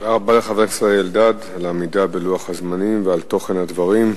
תודה רבה לחבר הכנסת אלדד על העמידה בלוח הזמנים ועל תוכן הדברים.